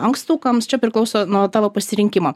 ankstukams čia priklauso nuo tavo pasirinkimo